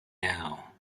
now